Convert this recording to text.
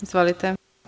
Izvolite.